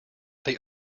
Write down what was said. they